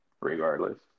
regardless